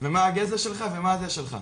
מה הגזע שלך ומה הזה שלך,